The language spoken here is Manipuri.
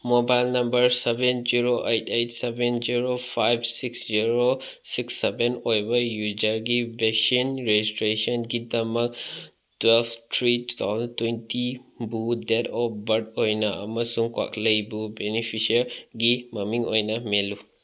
mobile number seven zero eight eight seven zero five six zero six seven ꯑꯣꯏꯕ ꯌꯨꯖꯔꯒꯤ ꯕꯦꯛꯁꯤꯟ ꯔꯦꯖꯤꯁꯇ꯭ꯔꯦꯁꯟꯒꯤꯗꯃꯛ ꯇ꯭ꯋꯦꯜꯐ ꯊ꯭ꯔꯤ ꯇꯨ ꯊꯥꯎꯖꯟ ꯇ꯭ꯋꯦꯟꯇꯤꯕꯨ ꯗꯦꯠ ꯑꯣꯐ ꯕꯥꯔꯠ ꯑꯣꯏꯅ ꯑꯃꯁꯨꯡ ꯀ꯭ꯋꯥꯛꯂꯩꯕꯨ ꯕꯦꯅꯤꯐꯤꯁꯤꯌꯔꯒꯤ ꯃꯃꯤꯡ ꯑꯣꯏꯅ ꯃꯦꯜꯂꯨ